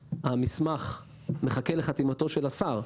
המסמך מחכה מעל שנה לחתימתו של השר,